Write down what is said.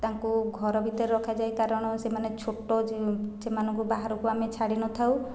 ତାଙ୍କୁ ଘର ଭିତରେ ରଖାଯାଏ କାରଣ ସେମାନେ ଛୋଟ ସେମାନଙ୍କୁ ବାହାରକୁ ଆମେ ଛାଡ଼ିନଥାଉ